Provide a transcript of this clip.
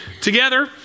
together